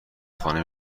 خانه